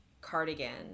Cardigan